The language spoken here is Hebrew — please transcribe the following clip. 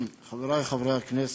חברי חברי הכנסת,